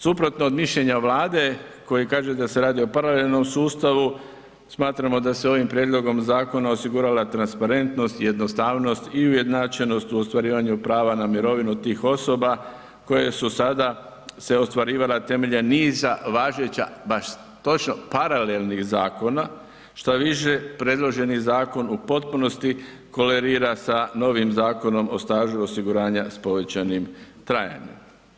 Suprotno od mišljenja Vlade koji kaže da se radi o paralelnom sustavu smatramo da se ovim prijedlogom zakona osigurala transparentnost, jednostavnost i ujednačenost u ostvarivanju prava na mirovinu tih osoba koja su sada se ostvarivala temeljem niza važeća baš točno paralelnih zakona što više predloženi zakon u potpunosti korelira sa novim zakonom o stažu osiguranja s povećanim trajanjem.